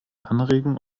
anregen